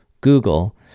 Google